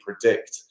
predict